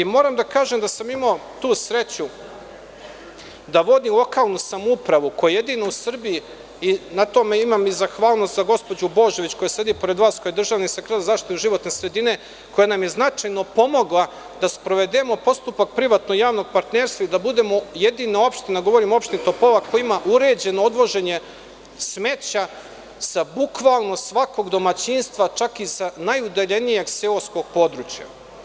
Moram da kažem da sam imao tu sreću da vodim lokalnu samoupravu koja jedina u Srbiji, na tome imam i zahvalnost za gospođu Božović koja sedi pored vas, koja je državni sekretar za zaštitu životne sredine, koja nam je značajno pomogla da sprovedemo postupak privatno javnog partnerstva i da budemo jedina opština, govorim o opštini Topola koja ima uređeno odvoženje smeća sa bukvalno svakog domaćinstava čak i sa najudaljenijeg seoskog područja.